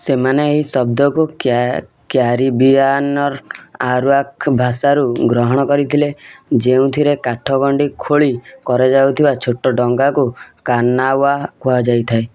ସେମାନେ ଏହି ଶବ୍ଦକୁ କ୍ୟାରିବିଆନ୍ର ଆରାୱାକ ଭାଷାରୁ ଗ୍ରହଣ କରିଥିଲେ ଯେଉଁଥିରେ କାଠ ଗଣ୍ଡି ଖୋଳି କରାଯାଉଥିବା ଛୋଟ ଡଙ୍ଗାକୁ କାନାୱା କୁହାଯାଇଥାଏ